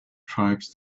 tribes